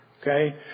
Okay